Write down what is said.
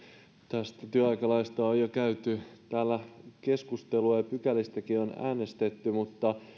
tästä työaikalaista on on jo käyty täällä keskustelua ja pykälistäkin on äänestetty mutta